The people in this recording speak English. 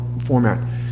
format